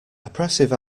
oppressive